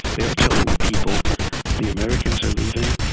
they are telling the people the americans are leaving,